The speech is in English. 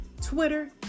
Twitter